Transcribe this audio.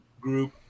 group